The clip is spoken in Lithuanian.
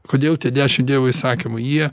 kodėl tie dešim dievo įsakymų jie